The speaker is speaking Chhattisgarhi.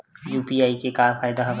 यू.पी.आई के का फ़ायदा हवय?